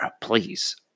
please